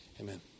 Amen